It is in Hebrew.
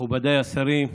מכובדיי השרים,